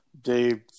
Dave